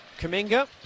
Kaminga